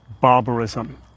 barbarism